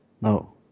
No